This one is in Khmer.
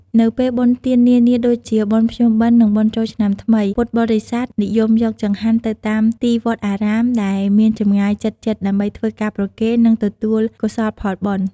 នៅពេលបុណ្យទាននានាដូចជា បុណ្យភ្ជុំបិណ្ឌ និង បុណ្យចូលឆ្នាំថ្មី ពុទ្ធបរិស័ទ និយមយកចង្ហាន់ទៅតាមទីវត្តអារាមដែលមានចម្ងាយជិតៗ ដើម្បីធ្វើការប្រគេន និងទទួលកោសលផលបុណ្យ។